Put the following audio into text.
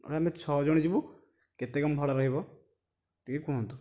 ଆମେ ଛଅ ଜଣ ଯିବୁ କେତେ କ'ଣ ଭଡ଼ା ରହିବ ଟିକେ କୁହନ୍ତୁ